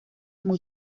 muy